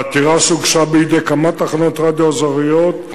בעתירה שהוגשה בידי כמה תחנות רדיו אזוריות,